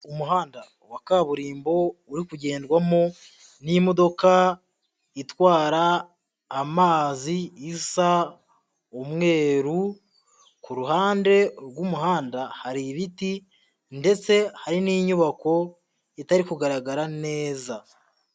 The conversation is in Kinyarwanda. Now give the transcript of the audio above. Umuhanda wa kaburimbo uri kugendwamo n'imodoka itwara amazi, isa umweru, ku ruhande rw'umuhanda hari ibiti ndetse hari n'inyubako itari kugaragara neza.